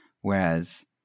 whereas